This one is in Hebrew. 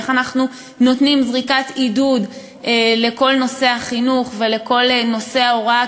איך אנחנו נותנים זריקת עידוד לכל נושא החינוך ולכל נושא ההוראה,